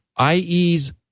IE's